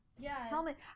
Helmet